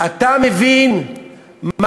אתה מבין מה